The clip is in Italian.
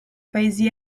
paesi